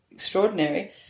extraordinary